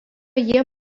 jie